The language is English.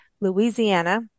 Louisiana